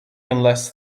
unless